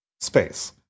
space